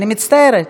אני מצטערת.